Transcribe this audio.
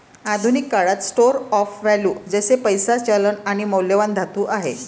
आधुनिक काळात store of value जसे पैसा, चलन आणि मौल्यवान धातू आहे